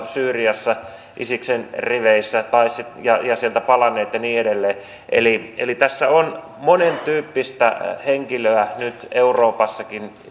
syyriassa isiksen riveissä ja sieltä palanneet ja niin edelleen eli eli tässä on monentyyppistä henkilöä nyt euroopassakin